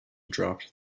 dropped